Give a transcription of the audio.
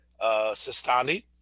Sistani